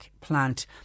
plant